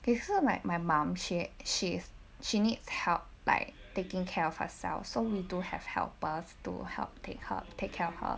okay so my my mom she's she's she needs help like taking care of herself so we do have help us to help take her take care of her